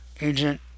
Agent